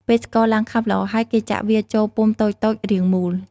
ពេលស្ករឡើងខាប់ល្អហើយ គេចាក់វាចូលពុំតូចៗរាងមូល។